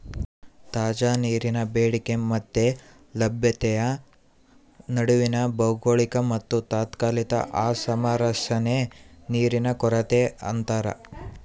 ತಾಜಾ ನೀರಿನ ಬೇಡಿಕೆ ಮತ್ತೆ ಲಭ್ಯತೆಯ ನಡುವಿನ ಭೌಗೋಳಿಕ ಮತ್ತುತಾತ್ಕಾಲಿಕ ಅಸಾಮರಸ್ಯನೇ ನೀರಿನ ಕೊರತೆ ಅಂತಾರ